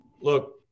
look